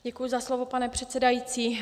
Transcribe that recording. Děkuji za slovo, pane předsedající.